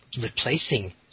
replacing